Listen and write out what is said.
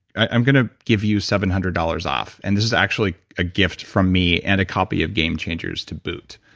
i'm gonna give you seven hundred dollars off. and this is actually a gift from me, and a copy of game changers, taboot.